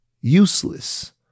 useless